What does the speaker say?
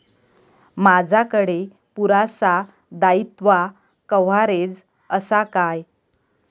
माजाकडे पुरासा दाईत्वा कव्हारेज असा काय?